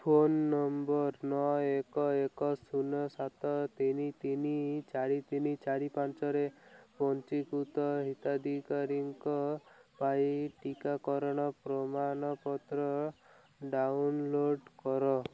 phone number ନଅ ଏକ ଏକ ଶୂନ ସାତ ତିନି ତିନି ଚାରି ତିନି ଚାରି ପାଞ୍ଚରେ ପଞ୍ଜୀକୃତ ହିତାଧିକାରୀଙ୍କ ପାଇଁ ଟିକାକରଣ ପ୍ରମାଣପତ୍ର ଡାଉନଲୋଡ଼୍ କର